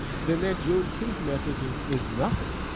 then their juneteenth messages is nothing.